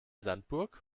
sandburg